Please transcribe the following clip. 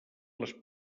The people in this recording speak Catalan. les